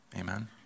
Amen